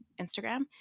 instagram